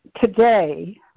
Today